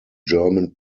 german